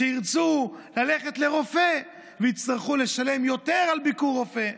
שירצו ללכת לרופא ויצטרכו לשלם יותר על ביקור רופא.